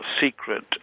secret